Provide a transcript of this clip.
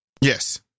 Yes